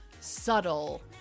subtle